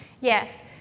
Yes